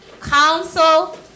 council